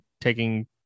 taking